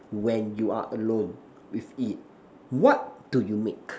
when you are alone with it what do you make